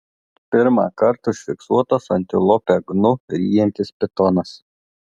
pirmą kartą užfiksuotas antilopę gnu ryjantis pitonas